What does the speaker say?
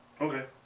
Okay